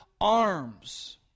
arms